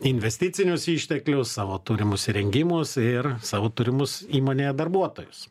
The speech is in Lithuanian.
investicinius išteklius savo turimus įrengimus ir savo turimus įmonėje darbuotojus